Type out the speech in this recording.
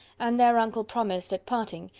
and their uncle promised, at parting,